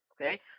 Okay